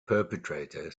perpetrator